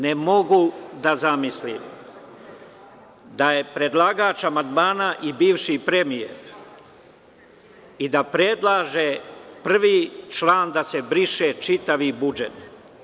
Ne mogu da zamislim da je predlagač amandmana i bivši premijer i da predlaže prvi član da se briše, čitavi budžet.